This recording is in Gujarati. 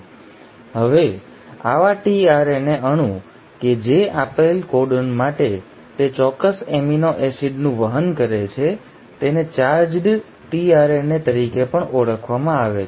હવે આવા tRNA અણુ કે જે આપેલ કોડોન માટે તે ચોક્કસ એમિનો એસિડનું વહન કરે છે તેને ચાર્જ્ડ tRNA તરીકે પણ ઓળખવામાં આવે છે